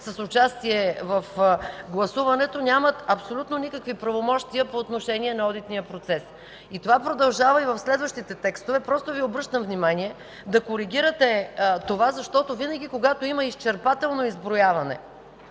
с участие в гласуването, нямат абсолютно никакви правомощия по отношение на одитния процес. Това продължава и в следващите текстове. Просто Ви обръщам внимание да коригирате това, защото винаги, когато има изчерпателно изброяване,